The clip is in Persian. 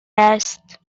است